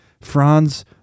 Franz